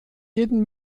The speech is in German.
jeden